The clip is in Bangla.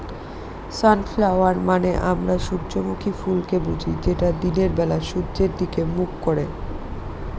সনফ্ল্যাওয়ার মানে আমরা সূর্যমুখী ফুলকে বুঝি যেটা দিনের বেলা সূর্যের দিকে মুখ করে